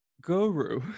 Guru